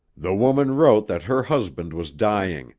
the woman wrote that her husband was dying,